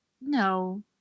no